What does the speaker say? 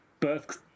Birth